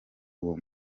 uwo